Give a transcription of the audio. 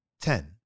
Ten